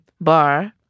Bar